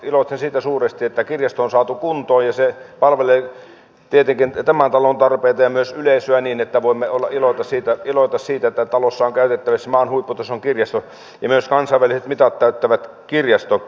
iloitsen siitä suuresti että kirjasto on saatu kuntoon ja se palvelee tietenkin tämän talon tarpeita ja myös yleisöä niin että voimme iloita siitä että talossa on käytettävissä maan huipputason kirjasto ja myös kansainväliset mitat täyttävä kirjasto